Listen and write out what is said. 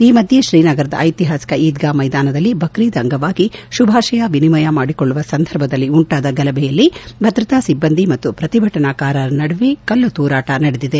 ಈ ಮಧ್ಯೆ ಶ್ರೀನಗರದ ಐತಿಹಾಸಿಕ ಇದ್ಗಾ ಮೈದಾನದಲ್ಲಿ ಬಕ್ರೀದ್ ಅಂಗವಾಗಿ ಶುಭಾಷೆಯ ವಿನಿಮಯ ಮಾಡಿಕೊಳ್ಳುವ ಸಂದರ್ಭದಲ್ಲಿ ಉಂಟಾದ ಗಲಭೆಯಲ್ಲಿ ಭದ್ರತಾ ಸಿಬ್ಬಂದಿ ಮತ್ತು ಪ್ರತಿಭಟನಾಕಾರರ ನಡುವೆ ಕಲ್ಲು ತೂರಾಟ ನಡೆದಿದೆ